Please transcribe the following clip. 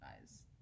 guys